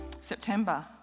September